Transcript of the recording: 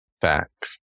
facts